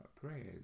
prayers